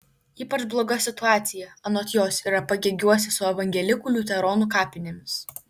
ypač bloga situacija anot jos yra pagėgiuose su evangelikų liuteronų kapinėmis